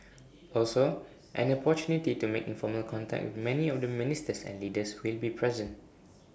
also an opportunity to make informal contact with many of the ministers and leaders who will be present